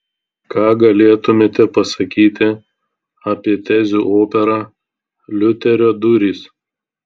ką galėtumėte pasakyti apie tezių operą liuterio durys